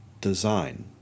design